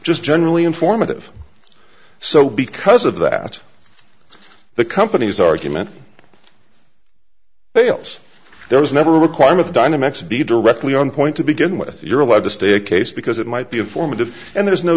just generally informative so because of that the company's argument fails there was never a requirement dynamix be directly on point to begin with you're allowed to stay a case because it might be informative and there's no